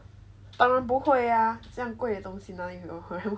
当然不会 ah 这样贵的东西哪里有人会买